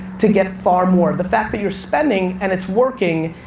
to get far more. the fact that you're spending, and it's working,